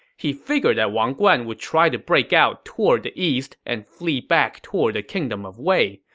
he figured that wang guan would try to break out toward the east and flee back toward the kingdom of wei.